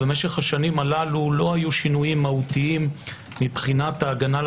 משך השנים הללו לא היו שינויים מהותיים מבחינת ההגנה על